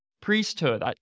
priesthood